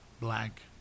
black